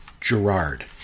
Gerard